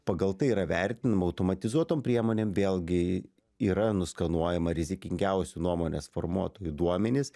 pagal tai yra vertinama automatizuotom priemonėm vėlgi yra nuskanuojama rizikingiausių nuomonės formuotojų duomenys